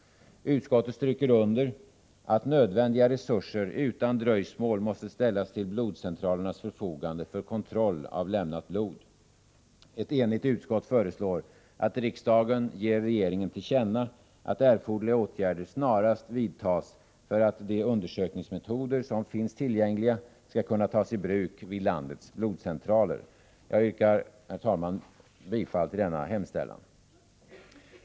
Utskottet stryker under att nödvändiga resurser utan dröjsmål måste ställas till blodcentralernas förfogande för kontroll av lämnat blod. Ett enigt utskott föreslår att riksdagen ger regeringen till känna att erforderliga åtgärder snarast bör vidtas för att de undersökningsmetoder som finns tillgängliga skall kunna tas i bruk vid landets blodcentraler. Jag yrkar, herr talman, bifall till denna hemställan.